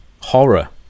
horror